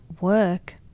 work